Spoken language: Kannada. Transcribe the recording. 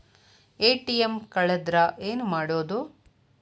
ಎ.ಟಿ.ಎಂ ಕಳದ್ರ ಏನು ಮಾಡೋದು?